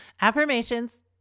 Affirmations